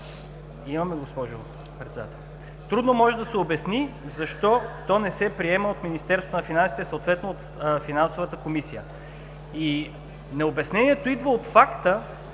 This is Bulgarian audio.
трудно може да се обясни защо не се приема от Министерството на финансите, съответно от Финансовата комисия. Необяснението идва от факта,